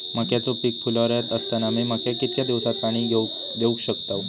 मक्याचो पीक फुलोऱ्यात असताना मी मक्याक कितक्या दिवसात पाणी देऊक शकताव?